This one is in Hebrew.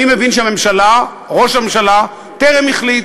אני מבין שהממשלה, ראש הממשלה טרם החליט.